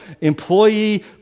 employee